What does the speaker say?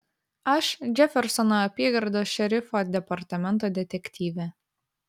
aš džefersono apygardos šerifo departamento detektyvė